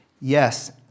Yes